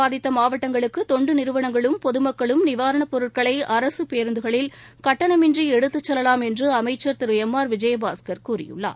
பாதித்தமாவட்டங்களுக்குதொண்டுநிறுவனங்களும் பொதமக்கள் நிவாரணப் புயல் பொருட்களைஅரசுபேருந்துகளில் கட்டணமின்றிஎடுத்துச்செல்லவாம் என்றுஅமைச்சர் திருளம் ஆர் விஜயபாஸ்கர் கூறியுள்ளார்